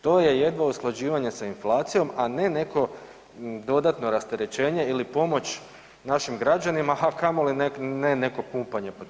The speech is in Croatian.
To je jedva usklađivanje sa inflacijom, a ne neko dodatno rasterećenje ili pomoć našim građanima, a kamoli ne neko pumpanje potrošnje.